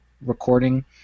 recording